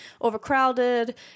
overcrowded